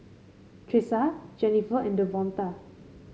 Tressa Jenifer and Davonta